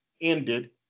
ended